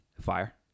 Fire